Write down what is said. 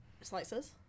slices